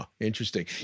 Interesting